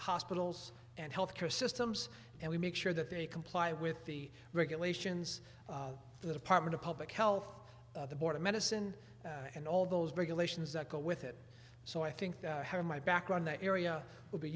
hospitals and health care systems and we make sure that they comply with the regulations the department of public health the board of medicine and all those regulations that go with it so i think my background the area would be